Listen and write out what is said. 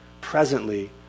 presently